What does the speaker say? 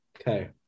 Okay